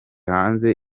hanze